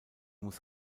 muss